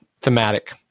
Thematic